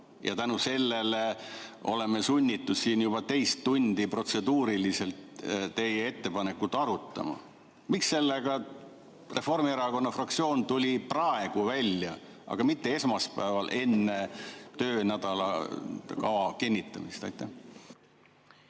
Tänu sellele oleme sunnitud siin juba teist tundi protseduuriliselt teie ettepanekut arutama. Miks Reformierakonna fraktsioon tuli sellega välja praegu, aga mitte esmaspäeval enne töönädala kava kinnitamist? Hea